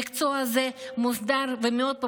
המקצוע הזה מוסדר ומאוד פופולרי,